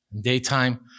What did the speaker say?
Daytime